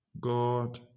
God